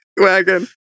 wagon